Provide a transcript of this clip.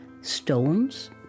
stones